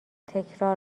تکرار